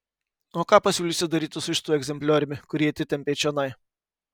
o ką pasiūlysi daryti su šituo egzemplioriumi kurį atitempei čionai